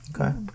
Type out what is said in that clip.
Okay